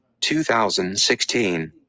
2016